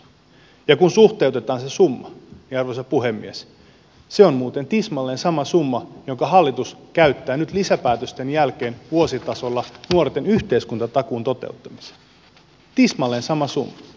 kun suhteutetaan se summa arvoisa puhemies se on muuten tismalleen sama summa jonka hallitus käyttää nyt lisäpäätösten jälkeen vuositasolla nuorten yhteiskuntatakuun toteuttamiseen tismalleen sama summa